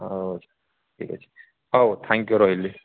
ହଉ ଠିକ୍ ଅଛି ହଉ ଥ୍ୟାଙ୍କ ୟୁ ରହିଲି